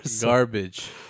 Garbage